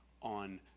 on